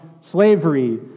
slavery